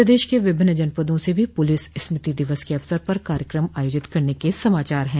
प्रदेश के विभिन्न जनपदों से भी पुलिस स्मृति दिवस के अवसर पर कार्यकम आयोजित करने के समाचार हैं